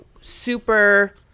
super